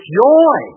joy